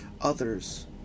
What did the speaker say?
others